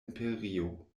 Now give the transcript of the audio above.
imperio